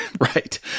Right